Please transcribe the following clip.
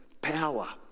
power